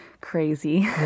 crazy